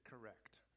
Correct